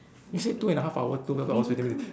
you said two and a half hour two half hours fifteen minute